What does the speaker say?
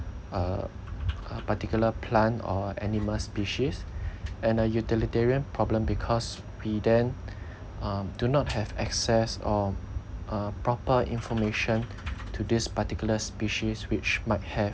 uh a particular plant or animal species and a utilitarian problem because we then um do not have access or uh proper information to this particular species which might have